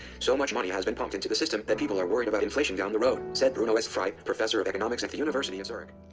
so much money has been pumped into the system that people are worried about inflation down the road, said bruno s. frey, professor of economics at the university of zurich.